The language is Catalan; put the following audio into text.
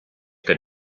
que